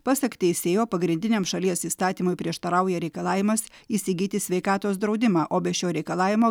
pasak teisėjo pagrindiniam šalies įstatymui prieštarauja reikalavimas įsigyti sveikatos draudimą o be šio reikalavimo